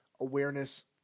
awareness